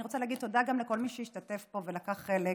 אני רוצה להגיד תודה גם לכל מי שהשתתף פה ולקח חלק,